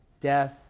death